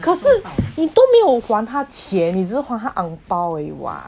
可是你都没有还他钱你只是还他 angbao 而已 what